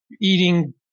eating